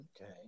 okay